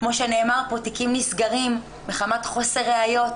כמו שנאמר פה, תיקים נסגרים מחמת חוסר ראיות,